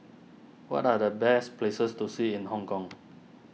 what are the best places to see in Hong Kong